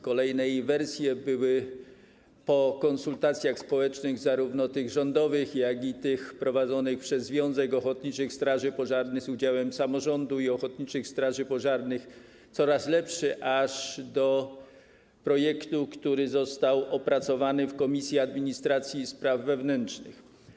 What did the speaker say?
Kolejne jej wersje były po konsultacjach społecznych - zarówno tych rządowych, jak i tych prowadzonych przez Związek Ochotniczych Straży Pożarnych z udziałem samorządu i ochotniczych straży pożarnych - coraz lepsze, aż do projektu, który został opracowany w Komisji Administracji i Spraw Wewnętrznych.